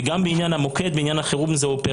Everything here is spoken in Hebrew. גם בעניין המוקד זה אופרציה.